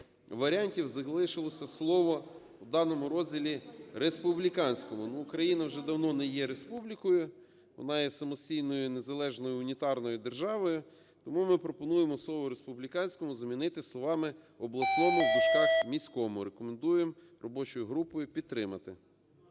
варіантів залишилося слово в даному розділі "республіканському". Україна вже давно не є республікою, вона є самостійною незалежною унітарною державою. Тому ми пропонуємо слово "республіканському" замінити словами "обласному (міському)". Рекомендуємо робочою групою підтримати.